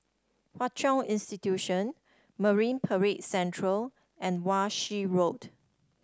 Hwa Chong Institution Marine Parade Central and Wan Shih Road